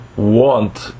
want